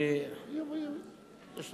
אני יש לך,